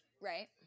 right